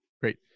Great